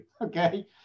okay